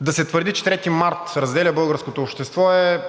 да се твърди, че 3 март разделя българското общество, е